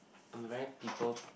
I'm a very people